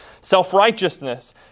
self-righteousness